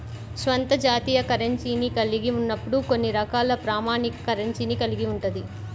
స్వంత జాతీయ కరెన్సీని కలిగి ఉన్నప్పుడు కొన్ని రకాల ప్రామాణిక కరెన్సీని కలిగి ఉంటది